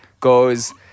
Goes